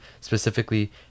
specifically